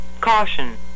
Caution